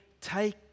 take